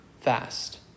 fast